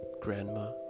Grandma